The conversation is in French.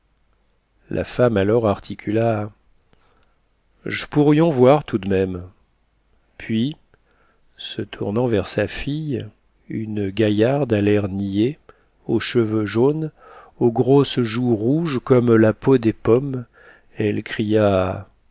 la femme alors articula j'pourrions voir tout d'même puis se tournant vers sa fille une gaillarde à l'air niais aux cheveux jaunes aux grosses joues rouges comme la peau des pommes elle cria